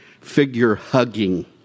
figure-hugging